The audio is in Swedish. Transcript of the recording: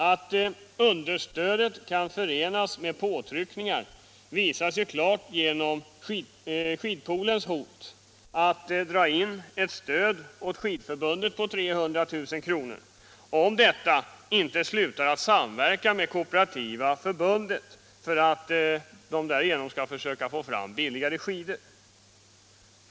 Att understödet kan förenas med påtryckningar visas ju klart genom skidpoolens hot att dra in ett stöd åt Skidförbundet på 300 000 kr., om inte detta slutar att samverka med Kooperativa förbundet för att försöka få fram billigare skidor.